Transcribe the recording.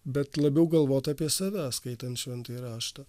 bet labiau galvot apie save skaitant šventąjį raštą